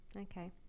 Okay